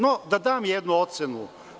No, da dam jednu ocenu.